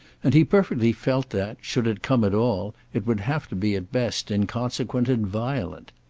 and he perfectly felt that, should it come at all, it would have to be at best inconsequent and violent.